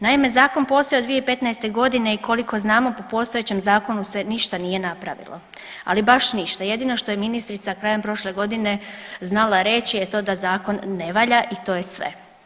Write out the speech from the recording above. Naime, zakon postoji od 2015. godine i koliko znamo po postojećem zakonu se ništa nije napravilo, ali baš ništa jedino što je ministrica krajem prošle godine znala reći da zakon ne valja i to je sve.